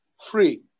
free